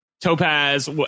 topaz